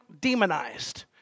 demonized